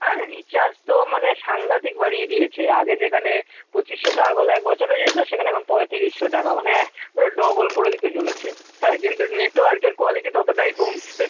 আরে রিচার্জ তো মানে সাংঘাতিক বাড়িয়ে দিয়েছে আগে যেখানে পঁচিশশো টাকা করলে এক বছর হয়ে যেত সেখানে এখন পঁয়ত্রিশশো টাকা মানে পুরো ডবল করে দিতে চলেছে হ্যাঁ কিন্তু নেটওয়ার্কের কোয়ালিটি ততটাই কমছে